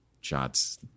shots